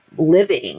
Living